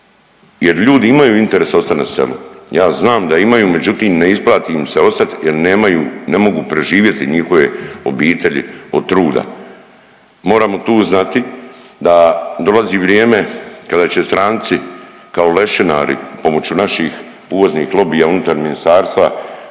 jer ljudi imaju interesa ostati na selu. Ja znam da imaju, međutim, ne isplati im se ostati jer nemaju, ne mogu preživjeti njihove obitelji od truda. Moramo tu znati da dolazi vrijeme kada će stranci kao lešinari pomoću naših uvoznih lobija unutar ministarstva